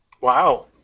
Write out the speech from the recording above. Wow